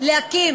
להקים